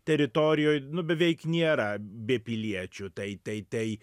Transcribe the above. teritorijoj beveik nėra bepiliečių tai tai tai